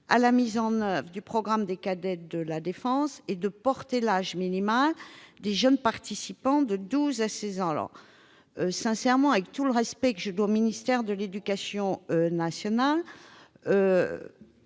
à la mise en oeuvre du programme des cadets de la défense et de porter l'âge minimal des jeunes participants de douze à seize ans. Avec tout le respect que je dois au ministère de l'éducation nationale,